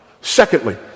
Secondly